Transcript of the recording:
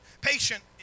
Patient